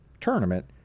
tournament